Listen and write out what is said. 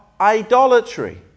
idolatry